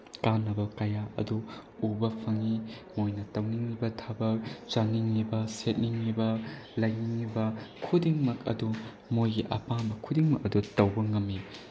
ꯀꯥꯟꯅꯕ ꯀꯌꯥ ꯑꯗꯨ ꯎꯕ ꯐꯪꯏ ꯃꯣꯏꯅ ꯇꯧꯅꯤꯡꯏꯕ ꯊꯕꯛ ꯆꯥꯅꯤꯡꯏꯕ ꯁꯦꯠꯅꯤꯡꯂꯤꯕ ꯂꯩꯅꯤꯡꯏꯕ ꯈꯨꯗꯤꯡꯃꯛ ꯑꯗꯨ ꯃꯣꯏꯒꯤ ꯑꯄꯥꯝꯕ ꯈꯨꯗꯤꯡꯃꯛ ꯑꯗꯨ ꯇꯧꯕ ꯉꯝꯃꯤ